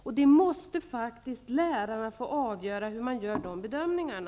Hur den här typen av bedömning skall göras måste faktiskt lärarna få avgöra.